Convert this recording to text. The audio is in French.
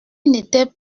n’était